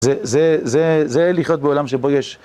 זה, זה, זה, זה לחיות בעולם שבו יש...